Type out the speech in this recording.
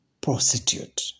prostitute